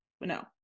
no